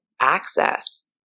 access